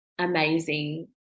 amazing